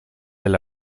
del